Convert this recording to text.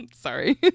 Sorry